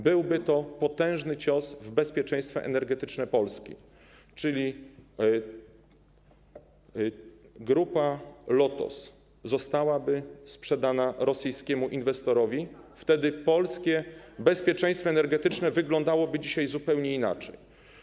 byłby to potężny cios w bezpieczeństwo energetyczne Polski, czyli gdyby Grupa Lotos została sprzedana rosyjskiemu inwestorowi, polskie bezpieczeństwo energetyczne wyglądałoby dzisiaj zupełnie inaczej.